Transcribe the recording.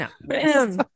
No